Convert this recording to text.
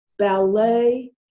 Ballet